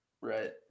Right